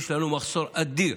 יש לנו מחסור אדיר,